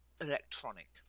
electronic